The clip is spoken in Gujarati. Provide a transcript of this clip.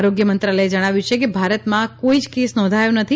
આરોગ્ય મંત્રાલયે જણાવ્યુંછેકે ભારતમાં કોઈ જ કેસ નોંધાયો નથી